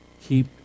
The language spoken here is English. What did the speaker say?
keep